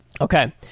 okay